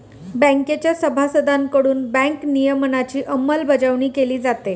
बँकेच्या सभासदांकडून बँक नियमनाची अंमलबजावणी केली जाते